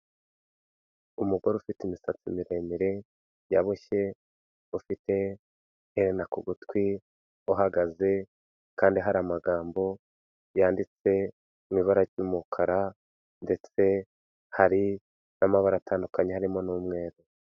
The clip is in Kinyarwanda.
Umugore ufite imisatsi miremire yaboshye, ufite iherena ku gutwi uhagaze kandi hari amagambo yanditse mu ibara ry'umukara ndetse hari n'amabara atandukanye harimo n'umweru.